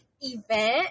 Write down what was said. event